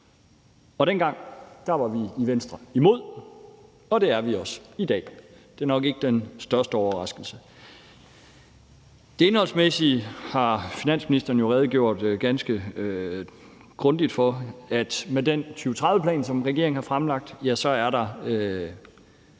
og dengang var vi i Venstre imod, og det er vi også i dag. Det er nok ikke den største overraskelse. Det indholdsmæssige har finansministeren jo redegjort ganske grundigt for. Med den 2030-plan, som regeringen har fremlagt, er der